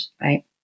right